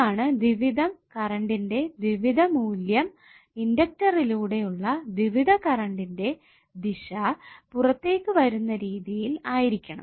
ഇതാണ് ദ്വിവിധം കറണ്ടിന്റെ ദ്വിവിധ മൂല്യം ഇണ്ടക്ടറിലൂടെ ഉള്ള ദ്വിവിധ കറണ്ടിന്റെ ദിശ പുറത്തേക് വരുന്ന രീതിയിൽ ആയിരിക്കണം